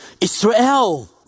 Israel